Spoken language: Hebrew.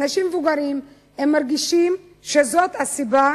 אנשים מבוגרים, הם מרגישים שזאת הסיבה